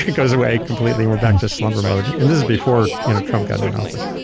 it goes away completely, and we're back to slumber mode, and this is before you know trump got into office.